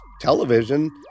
television